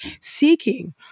seeking